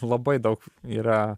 labai daug yra